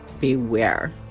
beware